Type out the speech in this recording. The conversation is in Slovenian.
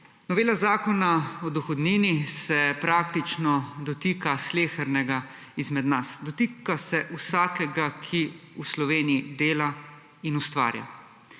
Novela Zakona o dohodnini se praktično dotika slehernega izmed nas. Dotika se vsakega, ki v Sloveniji dela in ustvarja.